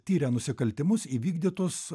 tiria nusikaltimus įvykdytus